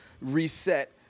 reset